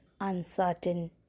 uncertain